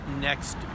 next